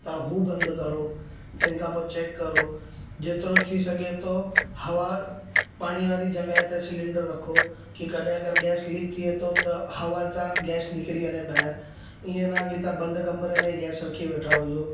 त हू बंदि करियो तंहिंखां पोइ चैक करियो जेतिरो थी सघे थो हवा पाणी वारी जॻह ते सिलैंडर रखो की कॾहिं अगरि गैस लीक थिए थो हवा सां गैस निकरी वञे ॿाहिरि ईअं न की तव्हां बंदि कमरे में ई गैस रखी वेठा हुजो